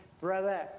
brother